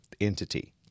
entity